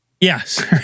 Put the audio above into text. Yes